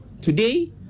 Today